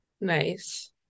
Nice